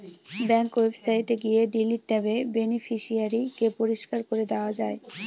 bank ওয়েবসাইটে গিয়ে delete ট্যাবে বেনিফিশিয়ারি কে পরিষ্কার করে দেওয়া যায়